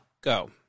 go